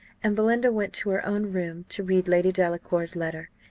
and belinda went to her own room to read lady delacour's letter.